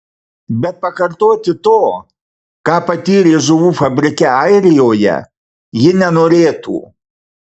bet pakartoti to ką patyrė žuvų fabrike airijoje ji nenorėtų